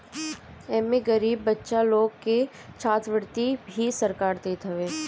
एमे गरीब बच्चा लोग के छात्रवृत्ति भी सरकार देत हवे